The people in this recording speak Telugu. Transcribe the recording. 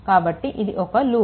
కాబట్టి ఇది ఒక లూప్